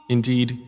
Indeed